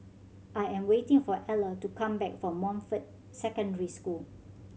I am waiting for Eller to come back from Montfort Secondary School